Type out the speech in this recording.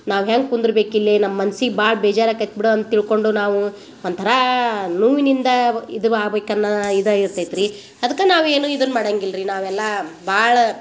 ನಾವು ಹೆಂಗೆ ಕುಂದ್ರ್ಬೇಕು ಇಲ್ಲಿ ನಮ್ಮ ಮನ್ಸಿಗೆ ಭಾಳ ಬೇಜಾರು ಅಕೈತೆ ಬಿಡು ಅಂತ ತಿಳ್ಕೊಂಡು ನಾವು ಒಂಥರ ನೋವಿನಿಂದ ಇದು ಆಬೇಕನ್ನಾ ಇದು ಇರ್ತೈತೆ ರೀ ಅದಕ್ಕೆ ನಾವೇನು ಇದನ್ನ ಮಾಡಂಗಿರಲಿ ನಾವೆಲ್ಲಾ ಭಾಳ